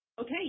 Okay